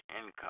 income